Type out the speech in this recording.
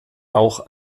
auch